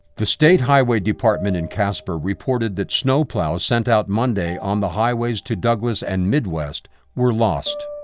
the state highway department in casper reported that snowplows sent out monday on the highways to douglas and midwest were lost.